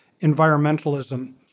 environmentalism